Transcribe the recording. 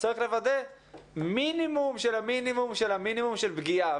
צריך לוודא מינימום של המינימום של המינימום של פגיעה.